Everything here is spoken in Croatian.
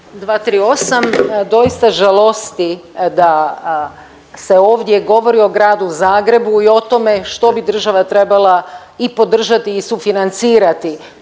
238., zaista žalosti da se ovdje govori o Gradu Zagrebu i o tome što bi država trebala i podržati i sufinancirati.